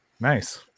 Nice